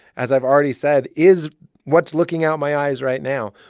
as i've already said, is what's looking out my eyes right now.